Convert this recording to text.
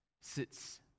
sits